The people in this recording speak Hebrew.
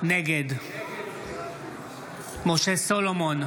נגד משה סולומון,